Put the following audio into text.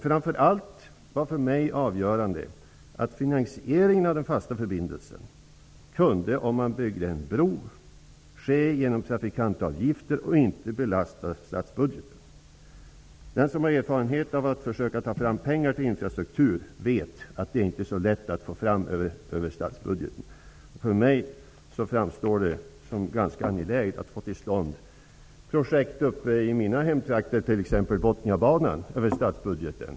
För mig är det framför allt avgörande att finansieringen av den fasta förbindelsen kan, om man bygger en bro, ske genom trafikantavgifter. Den behöver då inte belasta statsbudgeten. Den som har erfarenhet av att försöka få fram pengar till infrastruktur vet att det inte är så lätt att göra det över statsbudgeten. För mig framstår det som ganska angeläget att få till stånd projekt i mina hemtrakter, t.ex. Bothniabanan, över statsbudgeten.